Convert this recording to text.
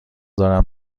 دارم